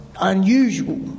unusual